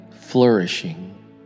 flourishing